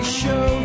show